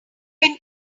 can